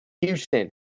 Houston